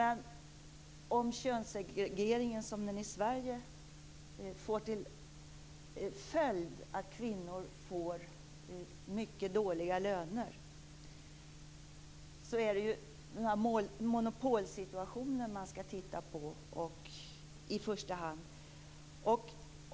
Om könssegregeringen, som i Sverige, får till följd att kvinnor får mycket dåliga löner är det monopolsituationen man skall titta på i första hand.